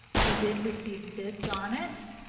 we did receive bids on it.